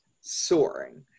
soaring